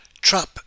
Trap